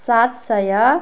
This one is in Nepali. सात सय